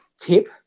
tip